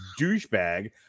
douchebag